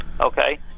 okay